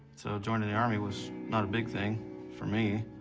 so joining the army was not a big thing for me.